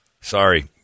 Sorry